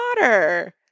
water